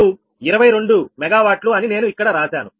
𝑃𝑔2min22 𝑀W అని నేను ఇక్కడ రాశాను